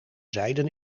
zijden